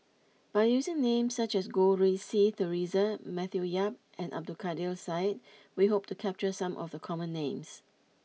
by using names such as Goh Rui Si Theresa Matthew Yap and Abdul Kadir Syed we hope to capture some of the common names